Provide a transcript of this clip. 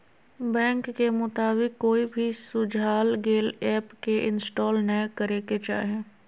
bank के मुताबिक, कोई भी सुझाल गेल ऐप के इंस्टॉल नै करे के चाही